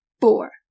four